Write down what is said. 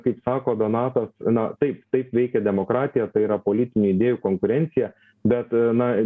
kaip sako donatas na taip taip veikia demokratija tai yra politinių idėjų konkurencija bet na